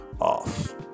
off